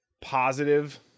positive